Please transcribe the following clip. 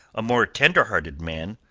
a more tender-hearted man,